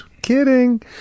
kidding